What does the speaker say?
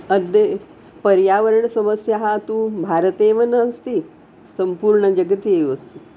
अद्य पर्यावरणसमस्याः तु भारते एव नास्ति सम्पूर्णजगति एव अस्ति